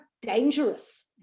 dangerous